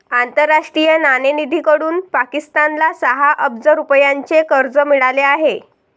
आंतरराष्ट्रीय नाणेनिधीकडून पाकिस्तानला सहा अब्ज रुपयांचे कर्ज मिळाले आहे